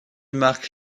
marque